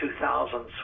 2000s